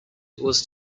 was